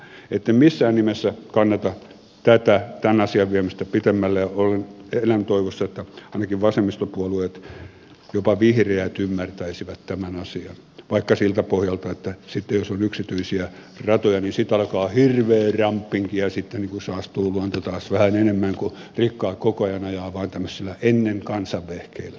en missään nimessä kannata tämän asian viemistä pitemmälle ja elän toivossa että ainakin vasemmistopuolueet jopa vihreät ymmärtäisivät tämän asian vaikka siltä pohjalta että jos on yksityisiä ratoja niin sitten alkaa hirveä ramppinki ja sitten saastuu luonto taas vähän enemmän kun rikkaat koko ajan ajavat vain tämmöisillä jotka olivat ennen kansan vehkeitä